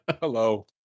Hello